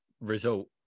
result